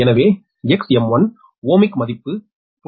எனவே Xm1 ohmic மதிப்பு 0